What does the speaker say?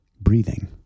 breathing